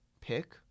pick